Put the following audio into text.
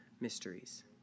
mysteries